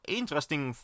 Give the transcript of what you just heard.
interesting